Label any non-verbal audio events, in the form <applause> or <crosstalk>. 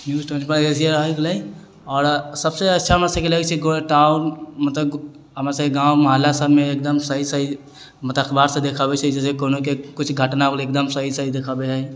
news twenty four by seven हो गेलै आओर सभसँ अच्छा हमरासभके लगैत छै <unintelligible> मतलब हमरासभके गाँव मोहल्लासभमे एकदम सही सही मतलब अखबार देखबैत छै कोनोके कुछ घटना होलय एकदम सही सही देखेबैत हइ